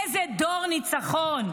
איזה דור ניצחון.